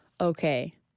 okay